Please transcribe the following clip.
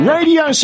Radio